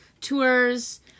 tours